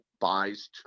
buys